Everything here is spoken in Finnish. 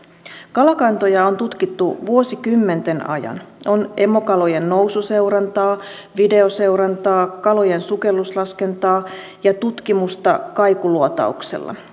kalakantoja on tutkittu vuosikymmenten ajan on emokalojen noususeurantaa videoseurantaa kalojen sukelluslaskentaa ja tutkimusta kaikuluotauksella